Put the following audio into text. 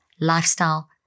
lifestyle